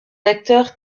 acteurs